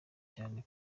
cyane